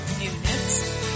Units